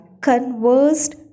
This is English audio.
conversed